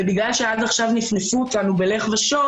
בגלל שעד עכשיו נפנפו אותנו ב"לך ושוב"